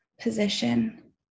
position